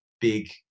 big